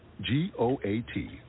G-O-A-T